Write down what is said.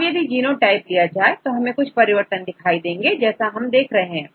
अब यदि जीनोटाइप लिया जाए तो हमें कुछ परिवर्तन दिखाई देता है जो हम यहां देख रहे हैं